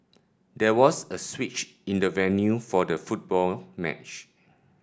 there was a switch in the venue for the football match